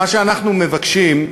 מה שאנחנו מבקשים,